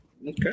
Okay